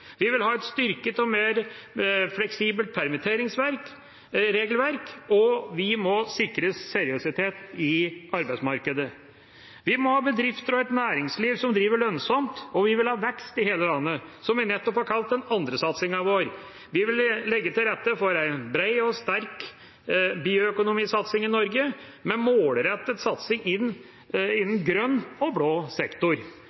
Vi vil ha et styrket og mer fleksibelt permitteringsregelverk, og vi må sikre seriøsitet i arbeidsmarkedet. Vi må ha bedrifter og et næringsliv som driver lønnsomt, og vi vil ha «Vekst i hele landet», som vi nettopp har kalt den andre satsingen vår. Vi vil legge til rette for en brei og sterk bioøkonomisatsing i Norge, med målrettet satsing innenfor grønn og blå sektor.